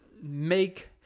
make